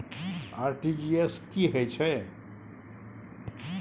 RTG S की है छै?